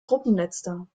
gruppenletzter